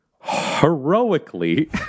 heroically